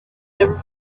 never